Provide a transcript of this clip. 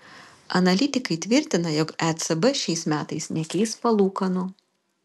analitikai tvirtina jog ecb šiais metais nekeis palūkanų